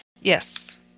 Yes